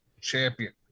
Champion